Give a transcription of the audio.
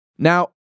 Now